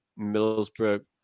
Middlesbrough